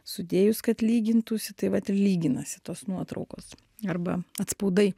sudėjus kad lygintųsi tai vat ir lyginasi tos nuotraukos arba atspaudai